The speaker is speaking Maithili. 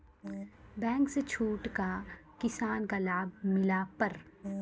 बैंक से छूट का किसान का लाभ मिला पर?